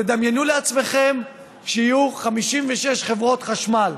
תדמיינו לעצמכם שיהיו 56 חברות חשמל,